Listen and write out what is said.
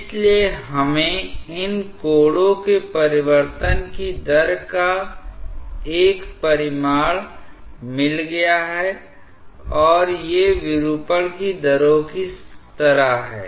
इसलिए हमें इन कोणों के परिवर्तन की दर का एक परिमाण मिल गया है और ये विरूपण की दरों की तरह हैं